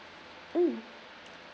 mm